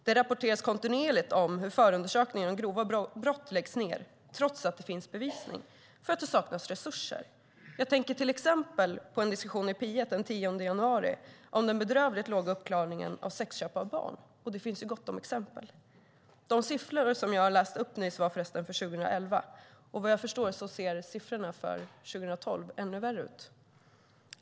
Det rapporteras kontinuerligt om hur förundersökningar om grova brott läggs ned, trots att det finns bevisning, för att det saknas resurser. Jag tänker till exempel på en diskussion i P1 den 10 januari om den bedrövligt låga uppklaringen av sexköp när det gäller barn. Och det finns gott om exempel. De siffror som jag läste upp nyss var förresten för 2011. Vad jag förstår ser siffrorna för 2012 ännu värre ut.